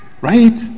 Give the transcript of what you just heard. right